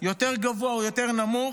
יותר גבוה או יותר נמוך,